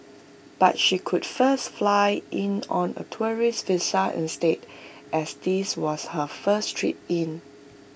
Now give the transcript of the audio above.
but she could first fly in on A tourist visa instead as this was her first trip in